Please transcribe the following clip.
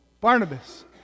Barnabas